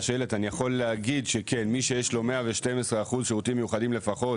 להגיד שלמי שיש 112% שירותים מיוחדים לפחות